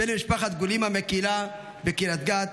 בן משפחת גולימה מהקהילה בקריית גת,